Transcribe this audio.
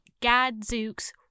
gadzooks